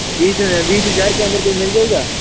बीस में बीस हजार के अंदर कोई मिल जाएगा